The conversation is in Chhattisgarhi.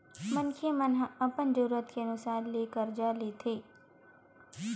मनखे मन ह अपन जरूरत के अनुसार ले करजा लेथे